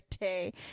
Day